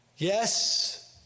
Yes